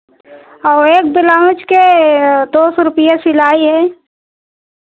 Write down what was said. और एक ब्लाउज़ के दो सौ रुपैया सिलाई है